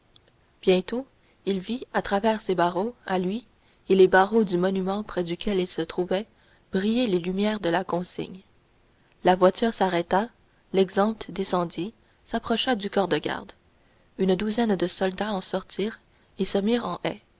bientôt il vit à travers ses barreaux à lui et les barreaux du monument près duquel il se trouvait briller les lumières de la consigne la voiture s'arrêta l'exempt descendit s'approcha du corps de garde une douzaine de soldats en sortirent et se mirent en